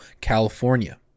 California